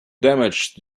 damaged